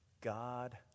God